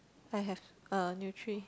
I have uh nutri~